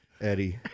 Eddie